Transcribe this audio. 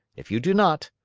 if you do not,